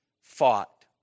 fought